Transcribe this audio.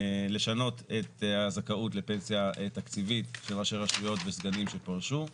לשנות את הזכאות לפנסיה תקציבית של ראשי רשויות וסגנים שפרשו,